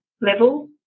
level